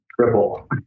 triple